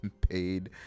paid